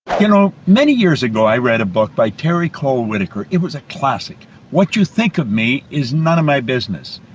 you know, many years ago, i read a book by terry cole-whittaker, it was a classic what you think of me is none of my business.